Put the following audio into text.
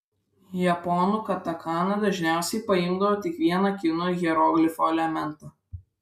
japonų katakana dažniausiai paimdavo tik vieną kinų hieroglifo elementą